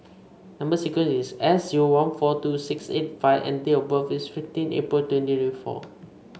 number sequence is S zero one four two six eight five and date of birth is fifteen April twenty twenty four